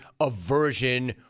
aversion